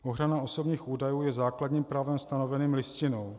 Ochrana osobních údajů je základním právem stanoveným Listinou.